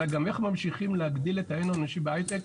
אלא גם איך ממשיכים להגדיל את ההון האנושי בהיי-טק,